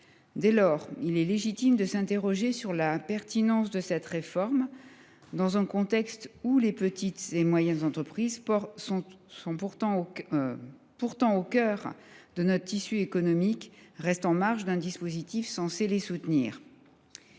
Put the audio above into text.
Dès lors, il est légitime de s’interroger sur la pertinence de cette réforme, dans un contexte où les PME, pourtant au cœur de notre tissu économique, restent en marge d’un dispositif censé les soutenir.